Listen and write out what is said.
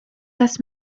das